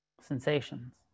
sensations